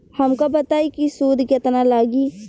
हमका बताई कि सूद केतना लागी?